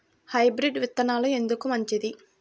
Hybrid విత్తనాలు ఎందుకు మంచిది?